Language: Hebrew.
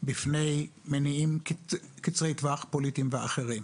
בפני מניעים קצרי טווח פוליטיים ואחרים.